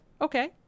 okay